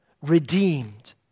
redeemed